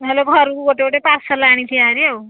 ନହେଲେ ଘରୁକୁ ଗୋଟେ ଗୋଟେ ପାର୍ସଲ ଆଣିଥିବା ହେରି ଆଉ